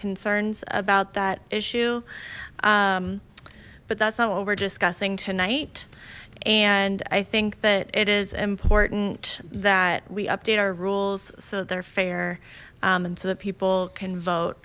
concerns about that issue but that's not what we're discussing tonight and i think that it is important that we update our rules so that they're fair and so that people can vote